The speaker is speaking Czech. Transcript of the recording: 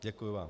Děkuji vám.